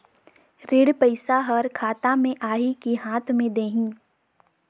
ऋण पइसा हर खाता मे आही की हाथ मे देही?